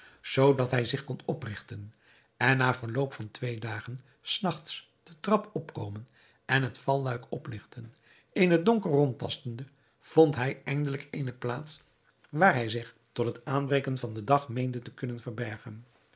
zoodat hij zich kon oprigten en na verloop van twee dagen s nachts den trap opkomen en het valluik opligten in het donker rondtastende vond hij eindelijk eene plaats waar hij zich tot het aanbreken van den dag meende te kunnen verbergen